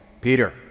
Peter